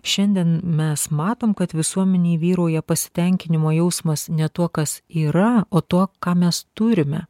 šiandien mes matom kad visuomenėj vyrauja pasitenkinimo jausmas ne tuo kas yra o tuo ką mes turime